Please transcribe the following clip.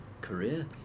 career